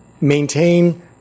maintain